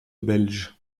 belge